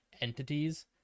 entities